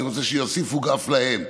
ואני רוצה שיוסיפו אף להן,